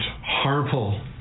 harmful